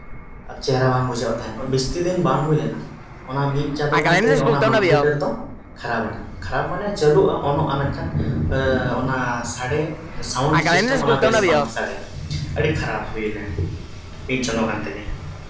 ᱟᱨ ᱪᱮᱦᱨᱟ ᱵᱟᱝ ᱵᱩᱡᱷᱟᱹᱜ ᱛᱟᱦᱮᱸᱫ ᱡᱟᱹᱥᱛᱤ ᱫᱤᱱ ᱵᱟᱝ ᱦᱩᱭ ᱞᱮᱱᱟ ᱚᱱᱟ ᱢᱤᱫ ᱪᱟᱸᱫᱳᱜᱟᱱ ᱛᱮᱜᱮ ᱚᱱᱟ ᱦᱳᱢ ᱛᱷᱤᱭᱮᱴᱟᱨ ᱫᱚ ᱠᱷᱟᱨᱟᱯ ᱮᱱᱟ ᱠᱷᱟᱨᱟᱯ ᱢᱟᱱᱮ ᱪᱟᱹᱞᱩᱜᱼᱟ ᱚᱱᱚᱜᱼᱟ ᱢᱮᱱᱠᱷᱟᱱ ᱚᱱᱟ ᱥᱟᱰᱮ ᱥᱟᱣᱩᱱᱰ ᱥᱤᱥᱴᱮᱢ ᱚᱱᱟ ᱵᱮᱥ ᱵᱟᱭ ᱥᱟᱰᱮᱭᱟ ᱟᱹᱰᱤ ᱠᱷᱟᱨᱟᱯ ᱦᱩᱭᱱᱟ ᱢᱤᱰ ᱪᱟᱸᱫᱳᱜᱟᱱ ᱛᱮᱜᱮ